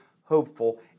hopeful